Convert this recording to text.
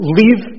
leave